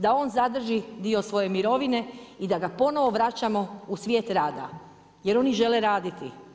Da on zadrži dio svoje mirovine i da ga ponovno vraćamo u svijet rada jer oni žele raditi.